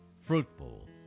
fruitful